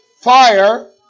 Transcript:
Fire